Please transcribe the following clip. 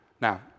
Now